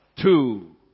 Two